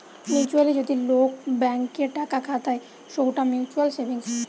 mutually যদি লোক bank এ টাকা খাতায় সৌটা মিউচুয়াল সেভিংস